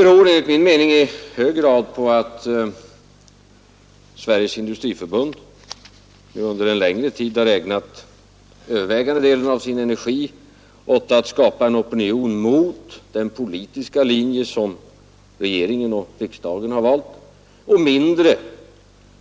Enligt min mening beror detta i hög grad på att man i Sveriges industriförbund under en längre tid har ägnat den övervägande delen av sin energi åt att skapa en opinion mot den politiska linje som regeringen och riksdagen har men en